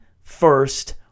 first